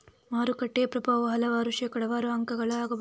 ಮಾರುಕಟ್ಟೆಯ ಪ್ರಭಾವವು ಹಲವಾರು ಶೇಕಡಾವಾರು ಅಂಕಗಳಾಗಬಹುದು